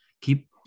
keep